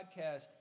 podcast